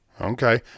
Okay